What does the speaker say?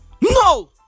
No